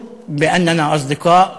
(אומר בערבית: אני גאה בכך שאנו חברים,